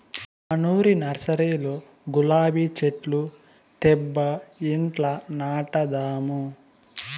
మనూరి నర్సరీలో గులాబీ చెట్లు తేబ్బా ఇంట్ల నాటదాము